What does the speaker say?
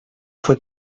fue